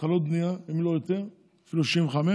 התחלות בנייה, אם לא יותר, אפילו 65,000